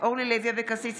אורלי לוי אבקסיס,